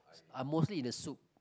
uh mostly in the soup